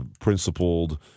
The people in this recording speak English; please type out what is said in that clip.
principled